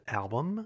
album